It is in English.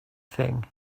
thing